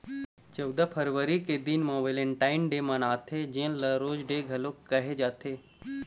चउदा फरवरी के दिन म वेलेंटाइन डे मनाथे जेन ल रोज डे घलोक कहे जाथे